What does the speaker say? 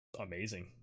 amazing